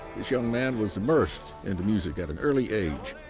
this young man was immersed into music at an early age.